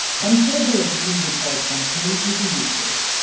but instead of delegating the choice completely to users,